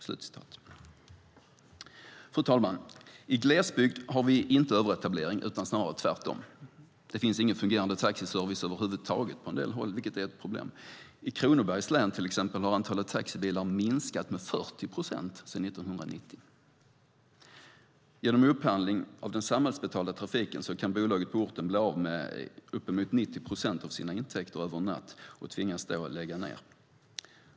Fru talman! I glesbygd har vi inte överetablering utan snarare tvärtom. Det finns ingen fungerande taxiservice över huvud taget på en del håll, vilket är ett problem. I Kronobergs län, till exempel, har antalet taxibilar minskat med 40 procent sedan 1990. Genom upphandling av den samhällsbetalda trafiken kan bolaget på orten bli av med uppemot 90 procent av sina intäkter över en natt och tvingas då lägga ned.